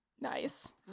Nice